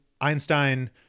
einstein